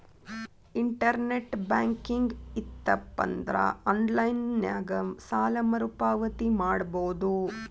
internet banking ಇತ್ತಪಂದ್ರಾ online ನ್ಯಾಗ ಸಾಲ ಮರುಪಾವತಿ ಮಾಡಬೋದು